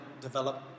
develop